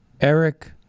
Eric